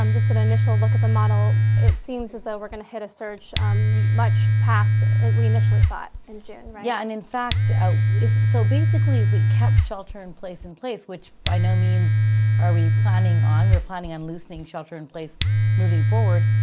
um just an initial look at the model. it seems as though we're going to hit a surge um much past we initially thought in june, right? yeah. and in fact. so basically if we kept shelter in place in place, which by no means are we planning on, we were planning on loosening shelter in place moving forward,